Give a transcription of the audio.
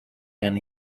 ten